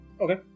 Okay